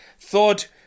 thought